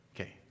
Okay